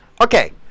Okay